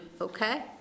Okay